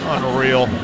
Unreal